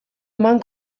eman